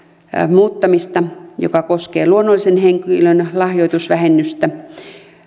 muuttamista joka koskee luonnollisen henkilön lahjoitusvähennystä